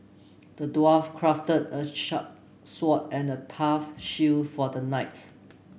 the dwarf crafted a sharp sword and tough shield for the knight